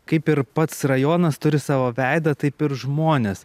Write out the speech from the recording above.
kaip ir pats rajonas turi savo veidą taip ir žmonės